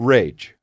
Rage